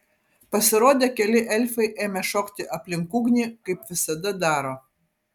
pasirodę keli elfai ėmė šokti aplink ugnį kaip visada daro